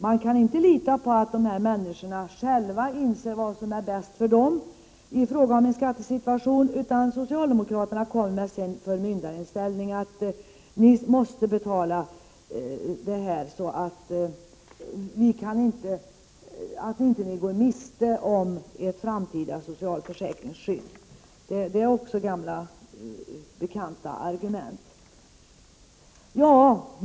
Man kan inte lita på att människor själva inser vad som är bäst för dem, utan socialdemokraterna kommer med sin förmyndarinställning och säger: Ni måste betala detta, så att ni inte går miste om ert framtida socialförsäkringsskydd. Det är också gamla bekanta argument.